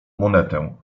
monetę